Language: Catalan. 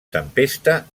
tempesta